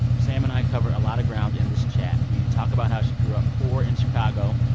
sam and i cover a lot of ground in this chat. we talk about how she grew up poor in chicago,